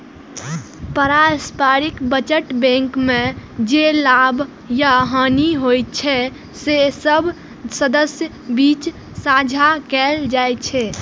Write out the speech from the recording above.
पारस्परिक बचत बैंक मे जे लाभ या हानि होइ छै, से सब सदस्यक बीच साझा कैल जाइ छै